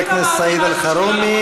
תודה לחבר הכנסת סעיד אלחרומי.